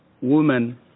women